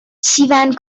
شیون